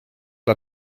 aus